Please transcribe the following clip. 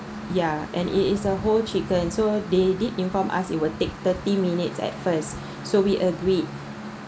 ya and it is a whole chicken so they did informed us it will take thirty minutes at first so we agreed